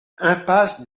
impasse